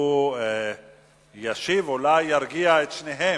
והוא ישיב, אולי ירגיע את שניהם.